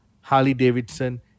Harley-Davidson